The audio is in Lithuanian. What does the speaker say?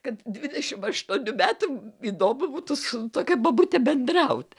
kad dvidešim aštuonių metų įdomu būtų su tokia bobute bendraut